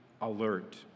alert